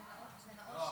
לא,